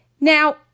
Now